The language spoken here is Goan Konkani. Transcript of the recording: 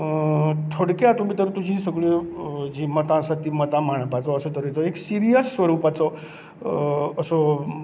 थोडक्या हातूंत भितर तुजी सगळ्यो जी मतां आसात तीं मतां मांडपाचो असो तरेचो एक सिरीयस स्वरूपाचो असो